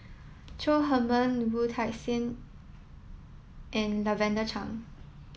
Chong Heman Wu Tsai and Lavender Chang